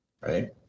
right